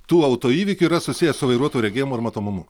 tų autoįvykių yra susiję su vairuotojų regėjimu ar matomumu